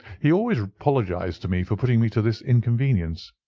he always apologized to me for putting me to this inconvenience.